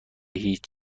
هیچ